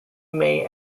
may